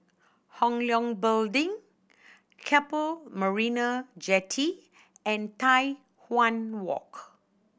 Hong Leong Building Keppel Marina Jetty and Tai Hwan Walk